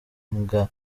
byabo